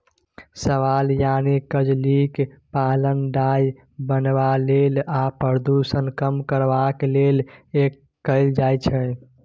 शैबाल यानी कजलीक पालन डाय बनेबा लेल आ प्रदुषण कम करबाक लेल कएल जाइ छै